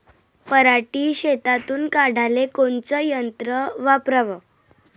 पराटी शेतातुन काढाले कोनचं यंत्र वापराव?